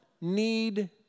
need